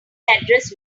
address